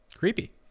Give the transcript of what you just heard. creepy